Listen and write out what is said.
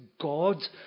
God